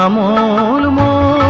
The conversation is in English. um woo